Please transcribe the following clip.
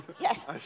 Yes